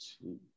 two